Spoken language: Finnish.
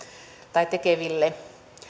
tekeville